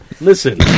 Listen